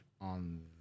on